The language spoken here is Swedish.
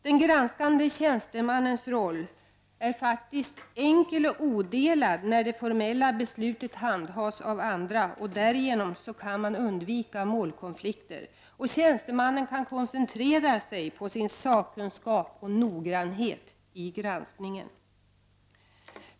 Den granskande tjänstemannens roll är enkel och odelad när det formella beslutet handhas av andra, och därigenom kan målkonflikter undvikas och tjänstemannen koncentrera sig på sin sakkunskap och noggrannhet i granskningen.